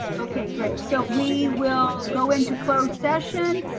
okay, great. so we will go into closed session